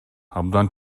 абдан